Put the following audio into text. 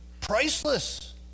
Priceless